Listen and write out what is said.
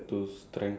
ya